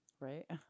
Right